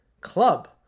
club